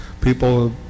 people